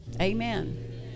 Amen